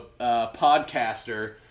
podcaster